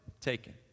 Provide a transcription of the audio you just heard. taken